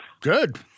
Good